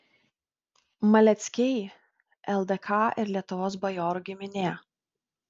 maleckiai ldk ir lietuvos bajorų giminė